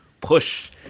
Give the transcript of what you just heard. push